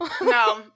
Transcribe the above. No